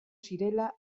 zirela